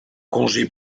congé